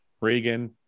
Reagan